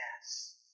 yes